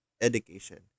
education